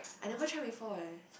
I never try before leh